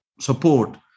support